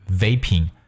vaping